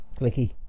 Clicky